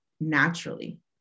naturally